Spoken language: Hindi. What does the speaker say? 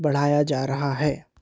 बढ़ाया जा रहा है